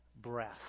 breath